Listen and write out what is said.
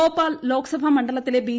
ഭോപ്പാൽ ലോക്സഭാ മണ്ഡലത്തിലെ ബി